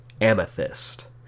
Amethyst